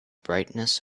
brightness